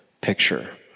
picture